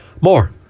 More